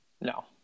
No